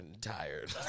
tired